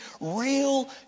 real